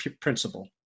principle